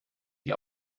die